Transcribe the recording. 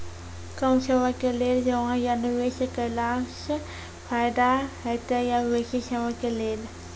कम समय के लेल जमा या निवेश केलासॅ फायदा हेते या बेसी समय के लेल?